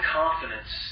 confidence